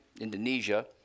Indonesia